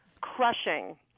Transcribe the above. Crushing